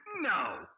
no